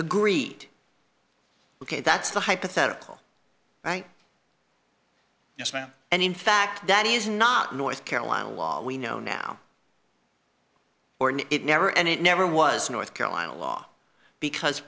agreed ok that's the hypothetical right yes ma'am and in fact that is not north carolina law we know now or it never and it never was north carolina law because